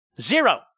Zero